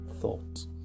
thought